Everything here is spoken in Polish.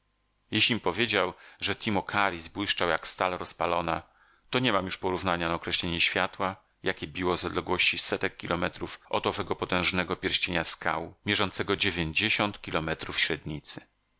jeślim powiedział że timocharis błyszczał jak stal rozpalona to nie mam już porównania na określenie światła jakie biło z odległości setek kilometrów od owego potężnego pierścienia skał mierzącego dziewięćdziesiąt kilometrów średnicy